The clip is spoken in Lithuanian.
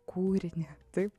kūrinį taip